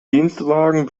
dienstwagen